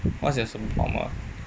what's your superpower